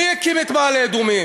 מי הקים את מעלה-אדומים?